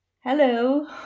Hello